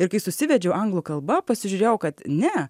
ir kai susivedžiau anglų kalba pasižiūrėjau kad ne